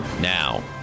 now